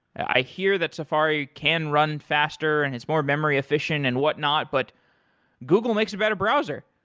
i hear that safari can run faster and it's more memory efficient and whatnot, but google makes a better browser.